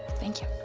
thank you.